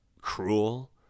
cruel